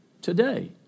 today